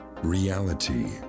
Reality